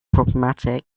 problematic